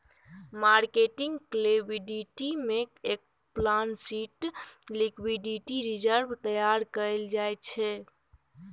marketing liquidity में explicit liquidity reserve तैयार कएल जाइ छै